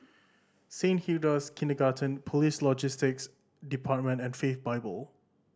Saint Hilda's Kindergarten Police Logistics Department and Faith Bible